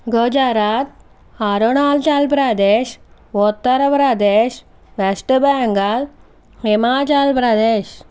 Gujarat Arunachal Pradesh Uttar Pradesh West Bengal Himachal Pradesh